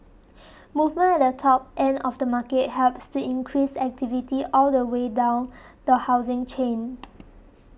movement at the top end of the market helps to increase activity all the way down the housing chain